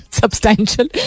substantial